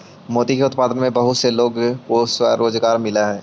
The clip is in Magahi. मोती के उत्पादन में बहुत से लोगों को स्वरोजगार मिलअ हई